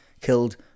killed